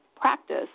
practice